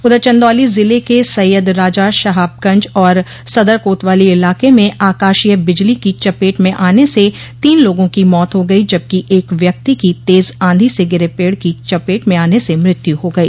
उधर चन्दौली ज़िले के सैय्यदराजा शहाबगंज और सदर कोतवाली इलाके में आकाशीय बिजली के चपेट में आने से तीन लोगों की मौत हो गई जबकि एक व्यक्ति की तेज आंधी से गिरे पेड़ की चपेट में आने से मृत्यु हो गई